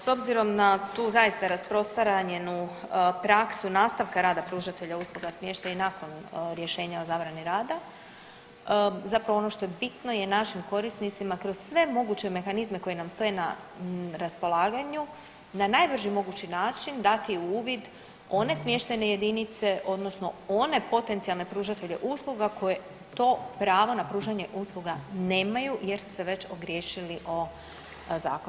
S obzirom na tu zaista rasprostranjenu praksu nastavka rada pružatelja usluga smještaja i nakon rješenja o zabrani rada, zapravo ono što je bitno je našim korisnicima kroz sve moguće mehanizme koji nam stoje na raspolaganju na najbrži mogući način dati uvid one smještajne jedinice odnosno one potencijalne pružatelje usluga koje to pravo na pružanje usluga nemaju jer su se već ogriješili o zakon.